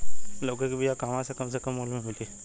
लौकी के बिया कहवा से कम से कम मूल्य मे मिली?